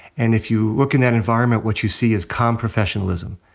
and if you look in that environment, what you see is calm professionalism.